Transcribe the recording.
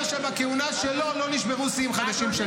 שבכהונה שלו לא נשברו שיאים חדשים של